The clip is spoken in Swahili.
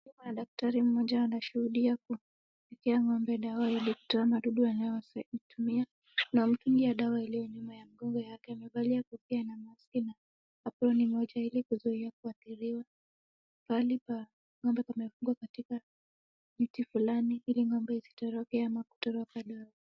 Kuna daktari mmoja anashuhudia kuiwekea ng'ombe dawa ili kutoa madudu yanayosumbua, na kumtungia dawa iliyo nyuma ya mgongo yake. Amevalia kofia na maski na aproni moja ili kuzuia kuathiriwa. Pahali pa ng'ombe pamefungwa katika mti fulani ili ng'ombe isitoroke ama kutoroka dawa.